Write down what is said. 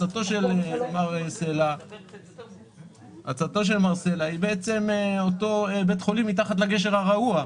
הצעתו של מר סלע היא אותו בית חולים מתחת לגשר הרעוע.